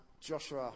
Joshua